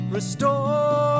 Restore